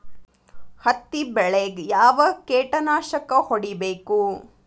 ಹತ್ತಿ ಬೆಳೇಗ್ ಯಾವ್ ಕೇಟನಾಶಕ ಹೋಡಿಬೇಕು?